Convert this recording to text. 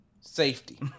safety